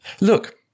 Look